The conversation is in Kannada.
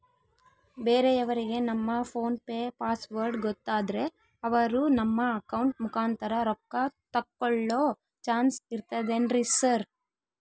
ಬೇರೆಯವರಿಗೆ ನಮ್ಮ ಫೋನ್ ಪೆ ಪಾಸ್ವರ್ಡ್ ಗೊತ್ತಾದ್ರೆ ಅವರು ನಮ್ಮ ಅಕೌಂಟ್ ಮುಖಾಂತರ ರೊಕ್ಕ ತಕ್ಕೊಳ್ಳೋ ಚಾನ್ಸ್ ಇರ್ತದೆನ್ರಿ ಸರ್?